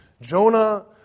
Jonah